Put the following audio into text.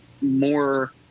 more